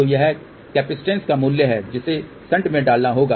तो यह कैपेसिटेंस का मूल्य है जिसे शंट में डालना होगा